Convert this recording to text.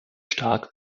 stark